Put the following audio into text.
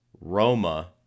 Roma